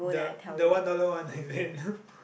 the the one dollar one is it